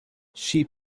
she